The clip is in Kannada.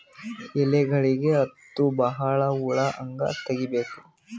ಎಲೆಗಳಿಗೆ ಹತ್ತೋ ಬಹಳ ಹುಳ ಹಂಗ ತೆಗೀಬೆಕು?